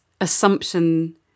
assumption